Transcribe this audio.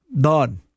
Done